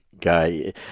guy